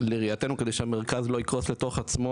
לראייתנו כדי שהמרכז לא יקרוס לתוך עצמו